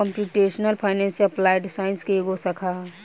computational finance applied science के एगो शाखा ह